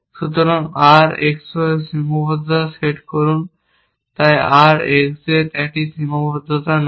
সুতরাং R X Y সীমাবদ্ধতা set করুন তাই R X Z একটি সীমাবদ্ধতা নয়